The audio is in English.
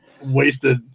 wasted